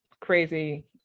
crazy